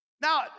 Now